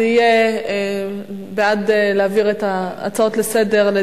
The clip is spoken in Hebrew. זה יהיה בעד להעביר את ההצעות לסדר-היום